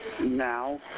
Now